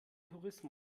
tourismus